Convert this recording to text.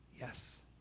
yes